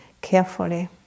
carefully